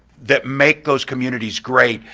that make those communities great,